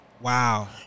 wow